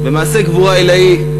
במעשה גבורה עילאי,